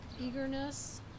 eagerness